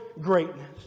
greatness